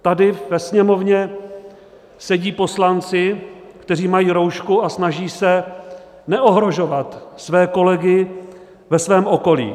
Tady ve Sněmovně sedí poslanci, kteří mají roušku a snaží se neohrožovat své kolegy ve svém okolí.